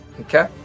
Okay